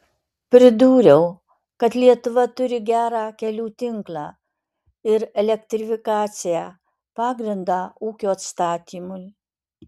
pridūriau kad lietuva turi gerą kelių tinklą ir elektrifikaciją pagrindą ūkio atstatymui